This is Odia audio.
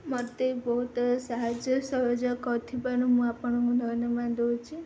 ମୋତେ ବହୁତ ସାହାଯ୍ୟ ସହଯୋଗ କରିଥିବାରୁ ମୁଁ ଆପଣଙ୍କୁ ଧନ୍ୟବାଦ୍ ଦେଉଛି